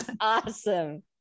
awesome